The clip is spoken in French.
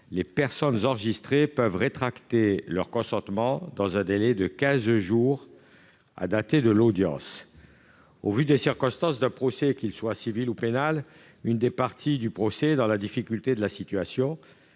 les personnes enregistrées puissent rétracter leur consentement dans un délai de quinze jours à dater de l'audience. Au vu des circonstances d'un procès, qu'il soit civil ou pénal, une des parties au procès, dans la difficulté de la situation